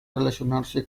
relacionarse